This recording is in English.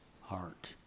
heart